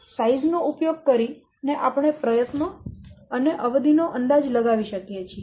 size નો ઉપયોગ કરીને આપણે પ્રયત્નો અને અવધિ નો અંદાજ લગાવી શકીએ છીએ